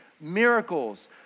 miracles